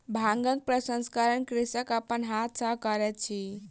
भांगक प्रसंस्करण कृषक अपन हाथ सॅ करैत अछि